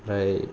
ओमफ्राय